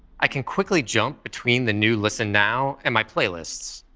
i can quickly jump between the new listen now and my playlists.